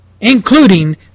Including